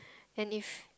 and if